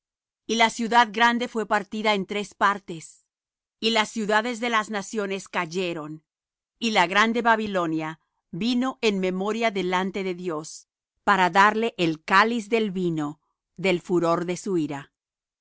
y la ciudad grande fué partida en tres partes y las ciudades de las naciones cayeron y la grande babilonia vino en memoria delante de dios para darle el cáliz del vino del furor de su